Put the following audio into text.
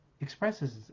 expresses